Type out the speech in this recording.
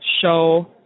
show